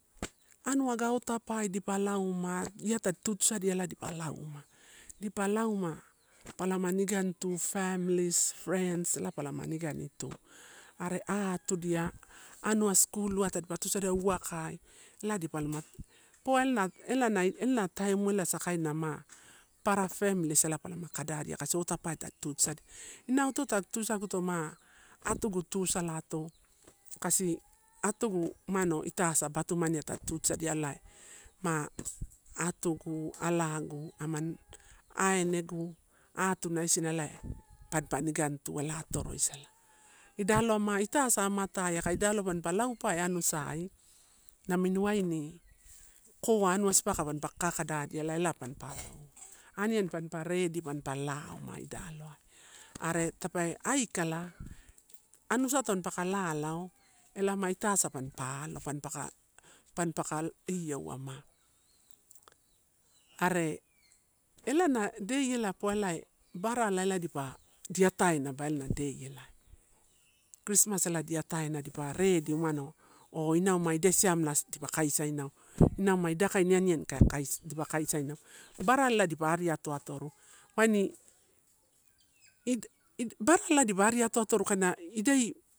Anua aga otapae dipa lauma, ia tadi tutusadia ela dipa lauma, dipa lauma palama niganitu families, friends ela palama nigani tu. Are atudia, anua skuluai tadipa tusadia. anua uwakai ela dipa alama, poa ela, elana, elana taimuai asa kaina ma papara families palama kadadia ota pape tadi tutuisadia. Inau ito tagu tusaguto, atugu tusalato, kasi atugu umano ita as a batumani tadi tutusadia alaima atugu, alagu, amani ainegu atuna isina pampa nigani tu ela atoroisala. Ida aloai ma itasa amatai, aka idaloai mampa laupae anusai, namini waini koa anua sipaka mapaka kakadadia ela, ela mapaaloua, aniani mampa redi mampa lao ma idaloai. Are tape aikala, anusai tampaka lalao ela ma ita asa panpa alo, panpaka, aka ioua ma. Are ela na dei ela poa elai barala dipa, diata ena ela na dei elae christmas ela di ataena dipa redi umano inau ma ida siamela dipa kaisainau. Barala dipa ariato atorui waini id barala elae dipa ariato atorui kaina idai.